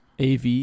AV